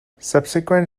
subsequent